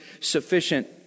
sufficient